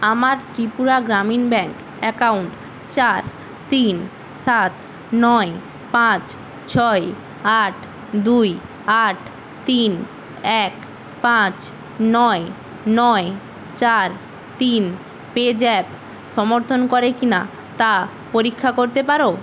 আমার Tripura Gramin bank account চার তিন সাত নয় পাঁচ ছয় আট দুই আট তিন এক পাঁচ নয় নয় চার তিন পেজ্যাপ সমর্থন করে কিনা তা পরীক্ষা করতে পারো